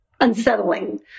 unsettling